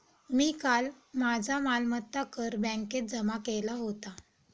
मी काल माझा मालमत्ता कर बँकेत जमा केला होता